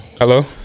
Hello